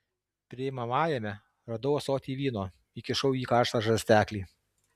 priimamajame radau ąsotį vyno įkišau į jį karštą žarsteklį